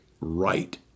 right